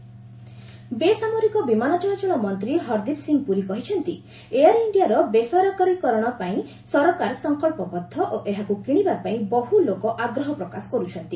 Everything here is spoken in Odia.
ଆଭିଏସନ୍ ପୁରୀ ବେସାମରିକ ବିମାନ ଚଳାଚଳ ମନ୍ତ୍ରୀ ହରଦୀପ୍ ସିଂହ ପୁରୀ କହିଛନ୍ତି ଏୟାର୍ ଇଣ୍ଡିଆର ବେସରକାରୀକରଣ ପାଇଁ ସରକାର ସଂକଳ୍ପବଦ୍ଧ ଓ ଏହାକୁ କିଣିବା ପାଇଁ ବହୁ ଲୋକ ଆଗ୍ରହ ପ୍ରକାଶ କରୁଛନ୍ତି